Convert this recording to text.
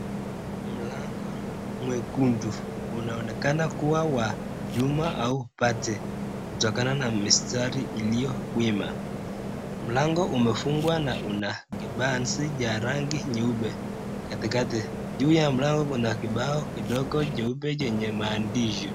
Ni mlango mwekundu, unaonekana kuwa wa chuma au pate, kutokana na mistari iliyowima. Mlango umefungwa na kibanzi cha rangi nyeupe katikati. Juu ya mlango kuna kibao kidogo cheupe chenye maandishi.